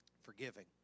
forgiving